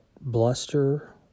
bluster